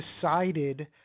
decided